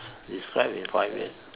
describe in five words